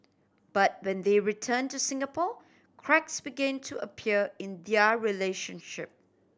but when they return to Singapore cracks began to appear in their relationship